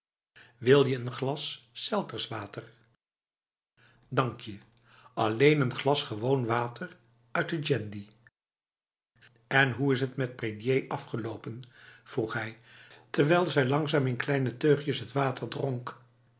wil je n glas selterswater dank je alleen n glas gewoon water uit de gendi en hoe is het met prédier afgelopen vroeg hij terwijl zij langzaam in kleine teugjes het water dronk